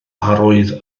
arwydd